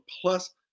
plus